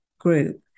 group